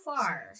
far